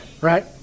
Right